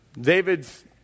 David's